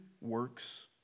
works